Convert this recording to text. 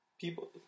People